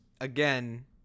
again